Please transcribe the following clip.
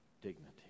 dignity